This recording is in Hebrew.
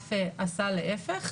ואף עשה להיפך.